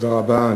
תודה רבה.